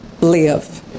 live